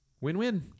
Win-win